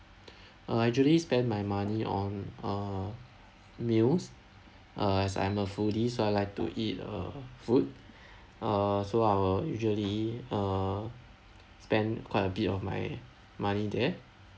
uh I usually spend my money on uh meals uh as I'm a foodie so I like to eat uh food uh so I will usually uh spend quite a bit of my money there